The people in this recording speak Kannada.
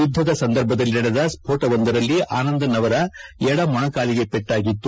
ಯುದ್ದದ ಸಂದರ್ಭದಲ್ಲಿ ನಡೆದ ಸ್ತೋಟವೊಂದರಲ್ಲಿ ಆನಂದ್ನ್ ಅವರ ಎಡ ಮೊಣಕಾಲಿಗೆ ಪೆಟ್ಟಾಗಿತ್ತು